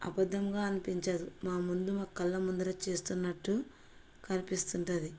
అబద్ధంగా అనిపించదు మా ముందు మా కళ్ళ ముందర చేస్తున్నట్టు కనిపిస్తుంటుంది